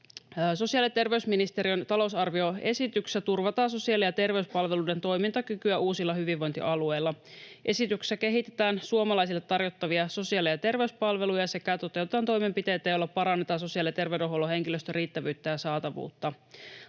Sosiaali- ja terveysministeriön talousarvioesityksessä turvataan sosiaali- ja terveyspalveluiden toimintakykyä uusilla hyvinvointialueilla. Esityksessä kehitetään suomalaisille tarjottavia sosiaali- ja terveyspalveluja sekä toteutetaan toimenpiteitä, joilla parannetaan sosiaali- ja terveydenhuollon henkilöstön riittävyyttä ja saatavuutta.